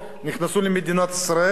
ייכנסו למדינת ישראל.